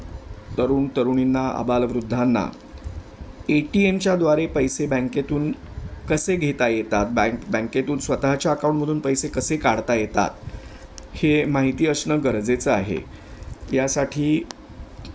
तरुण तरुणींना आबालवृद्धांना ए टी एमच्याद्वारे पैसे बँकेतून कसे घेता येतात बँक बँकेतून स्वतःच्या अकाऊंटमधून पैसे कसे काढता येतात हे माहिती असणं गरजेचं आहे यासाठी